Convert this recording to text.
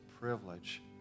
privilege